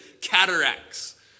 cataracts